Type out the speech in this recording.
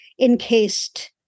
encased